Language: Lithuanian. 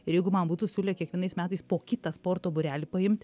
ir jeigu man būtų siūlę kiekvienais metais po kitą sporto būrelį paimt